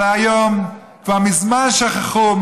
אבל היום כבר מזמן שכחו,